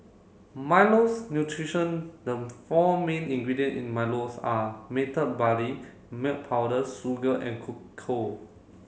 Milo's nutrition four main ingredient in Milo's are barley milk powder sugar and cocoa